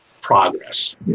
progress